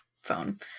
phone